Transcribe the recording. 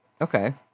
Okay